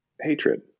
hatred